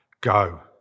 Go